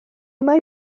mae